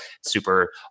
super